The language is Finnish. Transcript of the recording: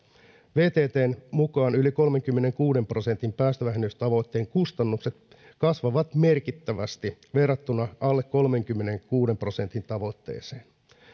vttn mukaan yli kolmenkymmenenkuuden prosentin päästövähennystavoitteen kustannukset kasvavat merkittävästi verrattuna alle kolmenkymmenenkuuden prosentin tavoitteeseen